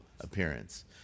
appearance